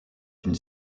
une